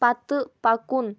پتہٕ پکُن